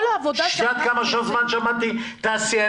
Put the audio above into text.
את יודעת כמה שעות שמעתי תעשיינים?